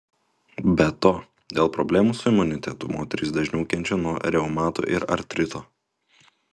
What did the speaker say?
be to dėl problemų su imunitetu moterys dažniau kenčia nuo reumato ir artrito